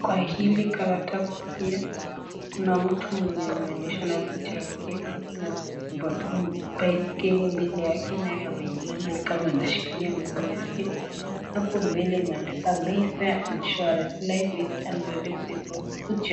Kwa hili karatasi pia Kuna mtu mwenye ameonyeshana picha yake na baskeli yake mbili naye amainamaanadhikilia mkuu yake ni kama hapo mbele imeandikwa may fire insurance life is a predictable or cover put